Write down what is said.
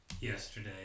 yesterday